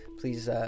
Please